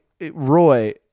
Roy